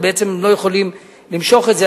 ובעצם הם לא יכולים למשוך את זה.